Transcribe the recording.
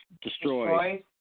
Destroyed